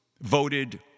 voted